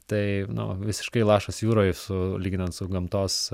tai nu visiškai lašas jūroje su lyginant su gamtos